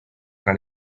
tra